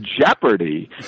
jeopardy